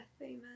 Amen